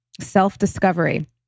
self-discovery